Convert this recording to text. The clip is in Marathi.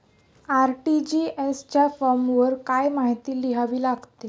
आर.टी.जी.एस च्या फॉर्मवर काय काय माहिती लिहावी लागते?